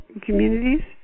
communities